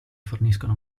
forniscono